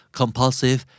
compulsive